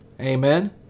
amen